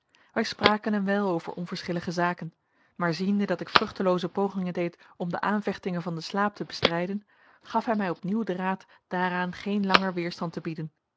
wij spraken een wijl over onverschillige zaken maar ziende dat ik vruchtelooze pogingen deed om de aanvechtingen van den slaap te bestrijden gaf mij op nieuw den raad daaraan geen langer weerstand te bieden